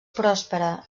pròspera